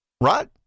Right